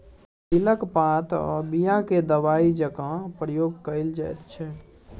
दिलक पात आ बीया केँ दबाइ जकाँ प्रयोग कएल जाइत छै